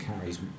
carries